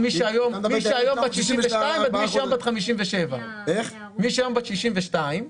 מי שהיום בת 62 ומי שהיום בת 57. גיל 62,